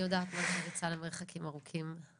אני יודעת שזאת ריצה למרחקים ארוכים,